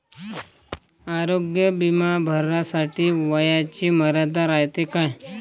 आरोग्य बिमा भरासाठी वयाची मर्यादा रायते काय?